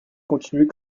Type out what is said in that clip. continuer